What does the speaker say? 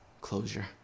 closure